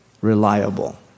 Reliable